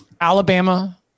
Alabama